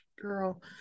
Girl